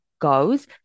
goes